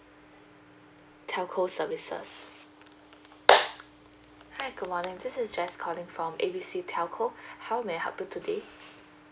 telco services hi good morning this is jess calling from A B C telco how may I help you today